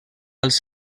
els